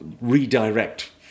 redirect